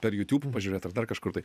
per youtube pažiūrėt ar dar kažkur tai